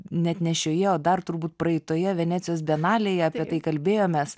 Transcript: net ne šioje o dar turbūt praeitoje venecijos bienalėje apie tai kalbėjomės